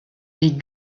des